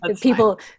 people